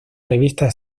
revista